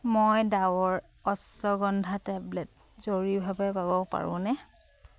মই ডাৱৰ অশ্বগন্ধা টেবলেট জৰুৰীভাৱে পাব পাৰোঁনে